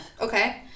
okay